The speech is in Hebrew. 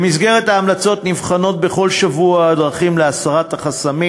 במסגרת ההמלצות נבחנות בכל שבוע הדרכים להסרת החסמים